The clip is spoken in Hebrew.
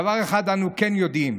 דבר אחד אנחנו כן יודעים,